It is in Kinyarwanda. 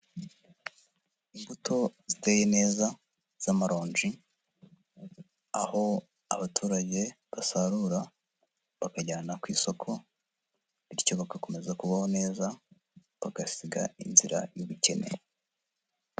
Imbuto ziteye neza z'amaronji, aho abaturage basarura bakajyana ku isoko, bityo bagakomeza kubaho neza, bagasiga inzira y'ubukene.